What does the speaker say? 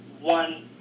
one